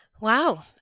Wow